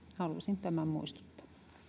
halusin tämän muistuttaa